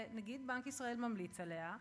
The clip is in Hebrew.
שנגיד בנק ישראל ממליץ עליה,